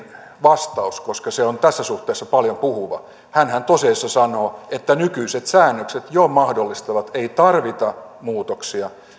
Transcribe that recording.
vastaus koska se on tässä suhteessa paljonpuhuva hänhän tosiasiassa sanoo että jo nykyiset säännökset mahdollistavat ei tarvita muutoksia